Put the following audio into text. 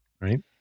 Right